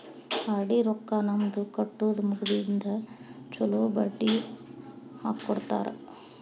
RD ರೊಕ್ಕಾ ನಮ್ದ ಕಟ್ಟುದ ಮುಗದಿಂದ ಚೊಲೋ ಬಡ್ಡಿ ಹಾಕ್ಕೊಡ್ತಾರ